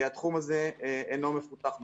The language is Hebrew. התחום הזה אינו מפותח מספיק.